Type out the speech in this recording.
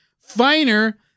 finer